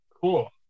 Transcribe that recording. Cool